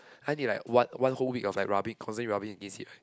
I did like one one whole week of like rubbing constantly rubbing against it right